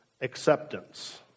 acceptance